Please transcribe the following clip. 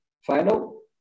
final